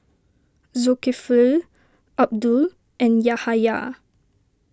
Zulkifli Abdul and Yahaya